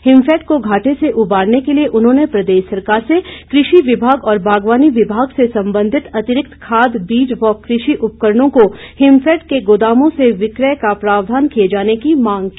हिमफैड को घाटे से उबारने के लिए उन्होंने प्रदेश सरकार से कृषि विभाग और बागवानी विभाग से संबंधित अतिरिक्त खाद बीज व कृषि उपकरणों को हिमफैड के गोदामों से विक्रय का प्रावधान किए जाने की मांग की